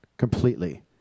completely